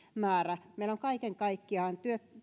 määrä meillä on kaiken kaikkiaan